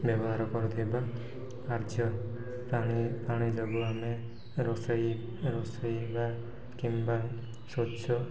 ବ୍ୟବହାର କରୁଥିବା କାର୍ଯ୍ୟ ପାଣି ପାଣି ଯୋଗୁଁ ଆମେ ରୋଷେଇ ରୋଷେଇବା କିମ୍ବା ସ୍ଵଚ୍ଛ